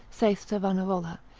saith savanarola,